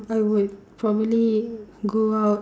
um I would probably go out and